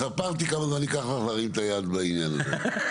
ספרתי כמה זמן ייקח לך להרים את היד בעניין הזה.